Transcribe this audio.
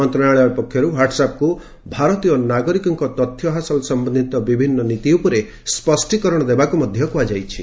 ମନ୍ତ୍ରଣାଳୟ ପକ୍ଷରୁ ହ୍ୱାଟ୍ସଆପ୍କୁ ଭାରତୀୟ ନାଗରିକଙ୍କ ତଥ୍ୟ ହାସଲ ସମ୍ବନ୍ଧିତ ବିଭିନ୍ନ ନୀତି ଉପରେ ସ୍ୱଷ୍ଟୀକରଣ ଦେବାକୁ ମଧ୍ୟ କହିଛି